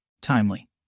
timely